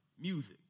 music